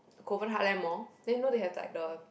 Kovan Heartland Mall then you know they've like the